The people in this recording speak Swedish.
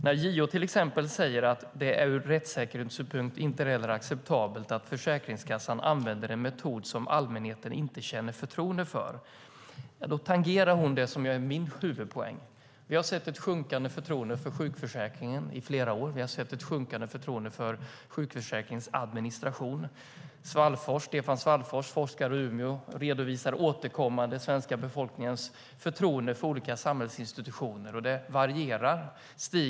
När JO säger att det ur rättssäkerhetssynpunkt inte heller är acceptabelt att Försäkringskassan använder en metod som allmänheten inte känner förtroende för tangerar hon det som är min huvudpoäng. Vi har sett ett sjunkande förtroende för sjukförsäkringen i flera år. Vi har sett ett sjunkande förtroende för sjukförsäkringens administration. Stefan Svallfors, forskare i Umeå, redovisar återkommande den svenska befolkningens förtroende för olika samhällsinstitutioner, och det varierar.